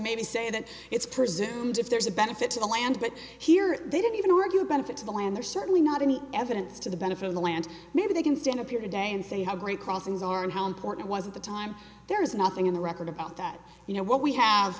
maybe say that it's presumed if there's a benefit to the land but here they don't even work to a benefit to the land they're certainly not any evidence to the benefit of the land maybe they can stand up here today and say how great crossings are and how important was at the time there is nothing in the record about that you know what we have